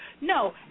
No